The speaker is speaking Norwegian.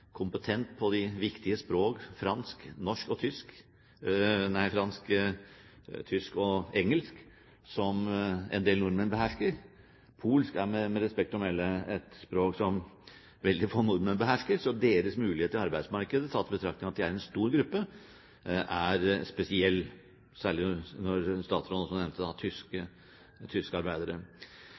kompetent på de viktige språkene som fransk, tysk og engelsk, som en del nordmenn behersker. Polsk er med respekt å melde et språk som veldig få nordmenn behersker. Så deres muligheter i arbeidsmarkedet, tatt i betraktning at de er en stor gruppe, er spesielle, særlig når statsråden også nevner tyske arbeidere.